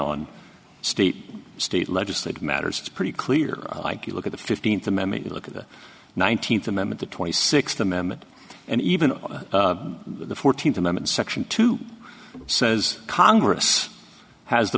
on state state legislative matters it's pretty clear like you look at the fifteenth amendment you look at the nineteenth amendment the twenty sixth amendment and even the fourteenth amendment section two says congress has the